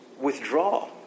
withdraw